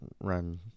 run